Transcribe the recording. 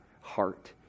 heart